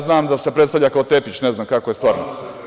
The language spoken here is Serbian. Znam da se predstavlja kao Tepić, ne znam kako je stvarno.